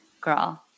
girl